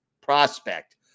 prospect